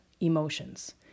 emotions